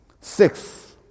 Six